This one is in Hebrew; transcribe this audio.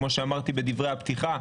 כמו שאמרתי בדברי הפתיחה,